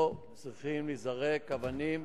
לא צריכות להיזרק אבנים,